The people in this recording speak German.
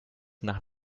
nach